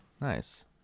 Nice